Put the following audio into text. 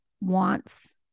wants